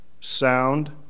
sound